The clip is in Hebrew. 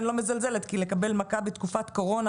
אני לא מזלזלת כי לקבל מכה בתקופת קורונה